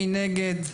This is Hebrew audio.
מי נגד?